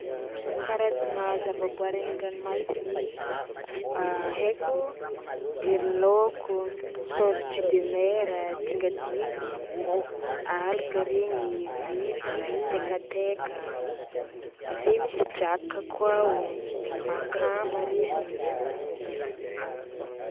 Karazagna zavaboary agny an-dranomasiny haiko: ery laoko, tortue de mer a, dingadingagna, algue regny, huitre a, tekateka, avy eo misy drakaka koa o, makamba regny.